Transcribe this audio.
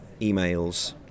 emails